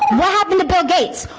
what happened to bill gates?